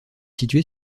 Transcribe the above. située